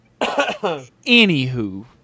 Anywho